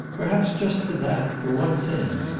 perhaps just for that for one thing!